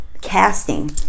casting